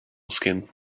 skin